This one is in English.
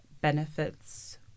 benefits